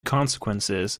consequences